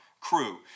crew